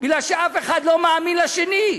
בגלל שאף אחד לא מאמין לשני.